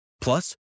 Plus